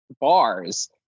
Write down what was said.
bars